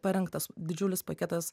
parengtas didžiulis paketas